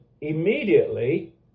immediately